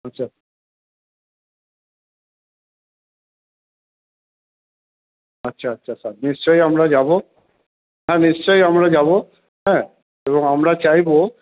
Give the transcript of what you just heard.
আচ্ছা আচ্ছা আচ্ছা স্যার নিশ্চই আমরা যাবো হ্যাঁ নিশ্চই আমরা যাবো হ্যাঁ এবং আমরা চাইবো